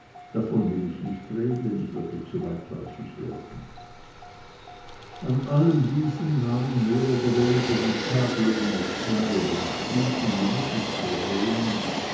davon will ich nicht reden ich würde zu weitläufig werden an allem diesem nahmen mehr oder weniger die taglöhner teil und spielten die